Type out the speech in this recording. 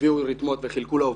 מות אחי וחילקו לעובדים,